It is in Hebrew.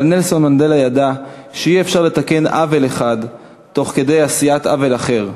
אבל נלסון מנדלה ידע שאי-אפשר לתקן עוול אחד תוך כדי עשיית עוול אחר,